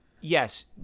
yes